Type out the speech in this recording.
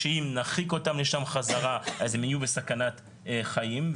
ושאם נרחיק אותם לשם בחזרה אז הם יהיו בסכנת חיים,